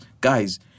guys